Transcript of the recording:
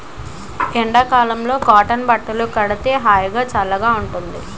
ఎండ కాలంలో కాటన్ బట్టలు కడితే హాయిగా, సల్లగా ఉంటుంది